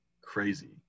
crazy